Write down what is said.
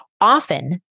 Often